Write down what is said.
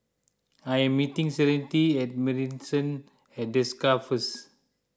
I am meeting Serenity at Marrison at Desker first